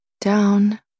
down